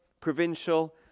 provincial